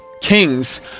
kings